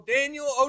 Daniel